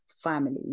family